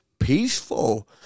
peaceful